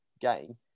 game